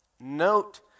note